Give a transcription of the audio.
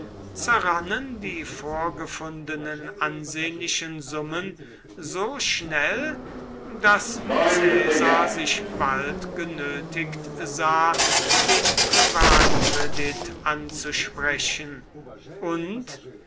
zerrannen die vorgefundenen ansehnlichen summen so schnell daß caesar sich bald genötigt sah den privatkredit anzusprechen und